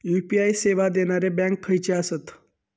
UPI सेवा देणारे bank खयचे आसत?